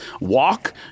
walk